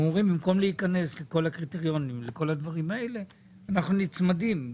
הם אומרים במקום להיכנס לכל הקריטריונים לכל הדברים האלה אנחנו נצמדים,